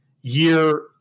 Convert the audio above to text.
year